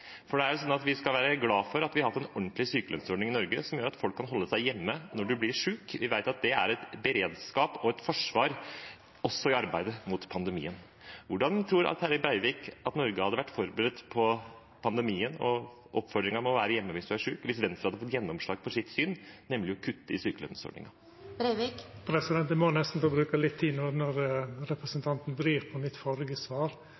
Vi skal være glade for at vi har hatt en ordentlig sykelønnsordning i Norge, som gjør at folk kan holde seg hjemme når de blir syke. Vi vet at det er en beredskap og et forsvar også i arbeidet mot pandemien. Hvordan tror Terje Breivik at Norge hadde vært forberedt på pandemien og oppfordringen om å være hjemme hvis man er syk, hvis Venstre hadde fått gjennomslag for sitt syn, nemlig å kutte i sykelønnsordningen? Eg må nesten få bruka litt tid når